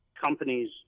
companies